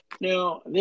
Now